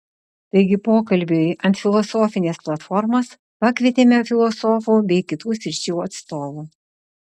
taigi pokalbiui ant filosofinės platformos pakvietėme filosofų bei kitų sričių atstovų